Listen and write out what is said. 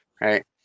right